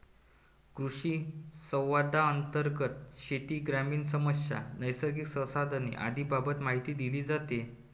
कृषिसंवादांतर्गत शेती, ग्रामीण समस्या, नैसर्गिक संसाधने आदींबाबत माहिती दिली जाते